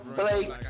blake